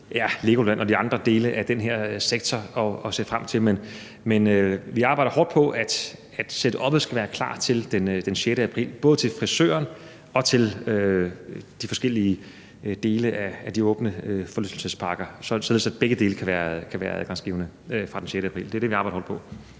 med LEGOLAND og de andre dele af den her sektor. Men vi arbejder hårdt på, at setuppet skal være klar til den 6. april, både hvad angår frisøren og de forskellige dele af de åbne forlystelsesparker, altså således at begge dele kan være adgangsgivende fra den 6. april. Det er det, vi arbejder hårdt på.